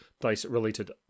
dice-related